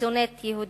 ששונאת יהודים.